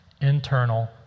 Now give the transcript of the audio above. internal